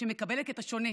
שמקבלת את השונה,